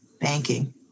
banking